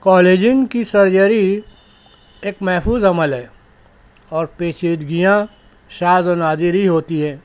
کالیجن کی سرجری ایک محفوظ عمل ہے اور پیچیدگیاں شاذ و نادر ہی ہوتی ہیں